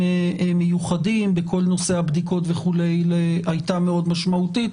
מיוחדים בכל נושא הבדיקות הייתה מאוד משמעותית.